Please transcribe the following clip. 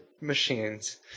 machines